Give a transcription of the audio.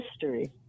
history